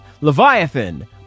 Leviathan